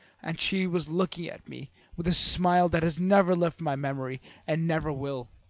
and she was looking at me with a smile that has never left my memory, and never will.